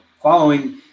following